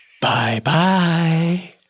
bye-bye